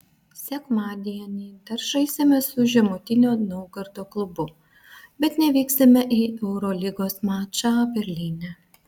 sekmadienį dar žaisime su žemutinio naugardo klubu bet nevyksime į eurolygos mačą berlyne